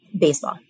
baseball